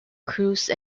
cruise